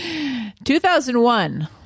2001